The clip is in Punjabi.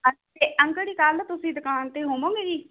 ਅੰਕ ਅੰਕਲ ਜੀ ਕੱਲ੍ਹ ਤੁਸੀਂ ਦੁਕਾਨ 'ਤੇ ਹੋਵੋਂਗੇ ਜੀ